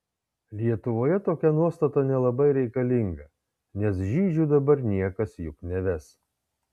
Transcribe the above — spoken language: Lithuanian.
lietuvoje tokia nuostata nelabai reikalinga nes žydžių dabar niekas juk neves